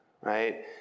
Right